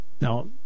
Now